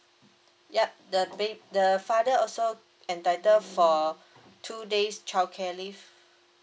yup the the father also entitled for two days childcare leave